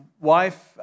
wife